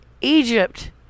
Egypt